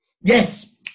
Yes